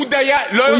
לא יותר.